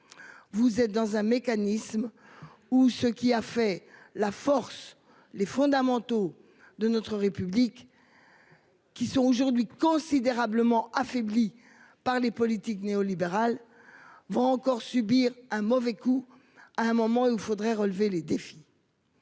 Vous êtes dans un mécanisme où ce qui a fait la force. Les fondamentaux de notre République. Qui sont aujourd'hui considérablement affaibli par les politiques néolibérales vont encore subir un mauvais coup à un moment il me faudrait relever les défis.